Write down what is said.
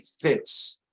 fits